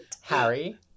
Harry